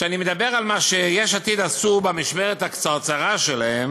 כשאני מדבר על מה שיש עתיד עשו במשמרת הקצרצרה שלהם,